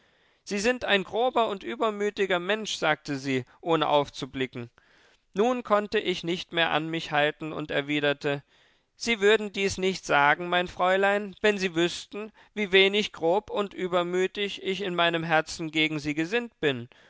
sie sind ein grober und übermütiger mensch sagte sie ohne aufzublicken nun konnte ich nicht mehr an mich halten und erwiderte sie würden dies nicht sagen mein fräulein wenn sie wüßten wie wenig grob und übermütig ich in meinem herzen gegen sie gesinnt bin